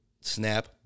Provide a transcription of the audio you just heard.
snap